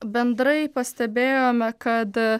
bendrai pastebėjome kad